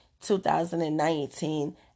2019